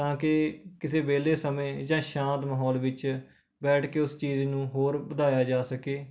ਤਾਂ ਕਿ ਕਿਸੇ ਵਿਹਲੇ ਸਮੇਂ ਜਾਂ ਸ਼ਾਂਤ ਮਾਹੌਲ ਵਿੱਚ ਬੈਠ ਕੇ ਉਸ ਚੀਜ਼ ਨੂੰ ਹੋਰ ਵਧਾਇਆ ਜਾ ਸਕੇ